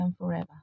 forever